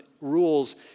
rules